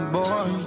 boy